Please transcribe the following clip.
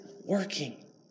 working